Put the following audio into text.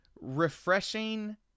refreshing